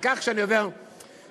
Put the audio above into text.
וכך, כשאני עובר סעיף-סעיף-סעיף,